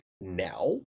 now